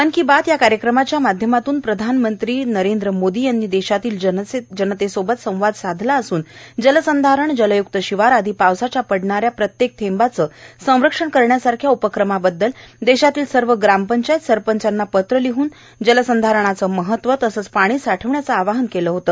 मन की बात या कार्यक्रमाच्या माध्यमातून पंतप्रधान नरेंद्र मोदी यांनी देशातील जनतेसोबत संवाद साधला असून जलसंधारण जलय़क्त शिवार आदी पावसाच्या पडणाऱ्या प्रत्येक थेंबाचे संरक्षण करण्यासारख्या उपक्रमाबददल देशातील सर्व ग्रामपंचायत सरपंचांना पत्र लिहून जलसंधारणाचे महत्व तसंच पाणी साठविण्याचे आवाहन केले होते